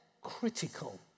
critical